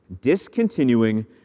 Discontinuing